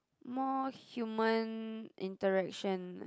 more human interaction